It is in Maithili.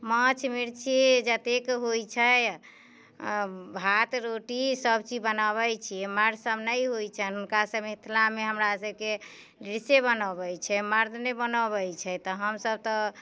माछ मिर्ची जतेक होइ छै अऽ भात रोटी सभचीज बनबै छी मर्दसँ नइ होइ छनि हुनकासँ मिथिला मे हमरा सभके लेडिसे बनोबै छै मर्द नहि बनोबै छै तऽ हमसभ तऽ